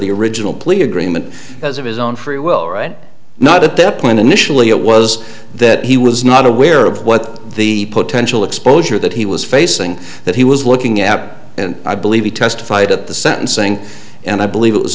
the original police agreement as of his own free will right not at the point initially it was that he was not aware of what the potential exposure that he was facing that he was looking at and i believe he testified at the sentencing and i believe it was